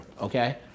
Okay